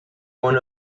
one